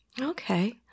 Okay